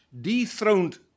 dethroned